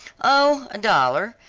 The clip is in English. oh, a dollar,